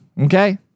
okay